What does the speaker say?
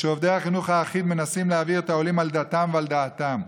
ושעובדי החינוך האחיד מנסים להעביר את העולים על דתם ועל דעתם.